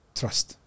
trust